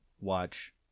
watch